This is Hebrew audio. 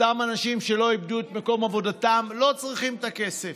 אותם אנשים שלא איבדו את מקום עבודתם לא צריכים את הכסף.